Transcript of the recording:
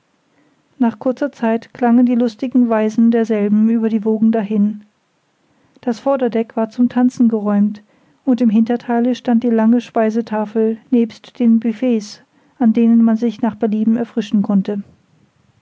nach kurzer zeit klangen die lustigen weisen derselben über die wogen dahin das vorderdeck war zum tanzen geräumt und im hintertheile stand die lange speisetafel nebst den buffets an denen man sich nach belieben erfrischen konnte